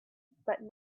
but